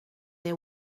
they